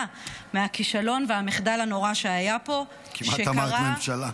מהכישלון והמחדל הנוראיים שהיה פה -- כמעט אמרת "ממשלה".